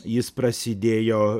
jis prasidėjo